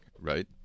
right